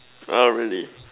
uh really